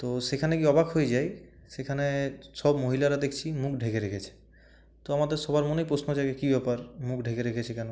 তো সেখানে গিয়ে অবাক হয়ে যাই সেখানে সব মহিলারা দেখছি মুখ ঢেকে রেখেছে তো আমাদের সবার মনে প্রশ্ন জাগে কী ব্যাপার মুখ ঢেকে রেখেছে কেন